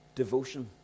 Devotion